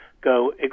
go